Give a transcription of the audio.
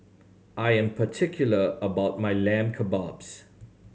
I am particular about my Lamb Kebabs